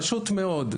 פשוט מאוד,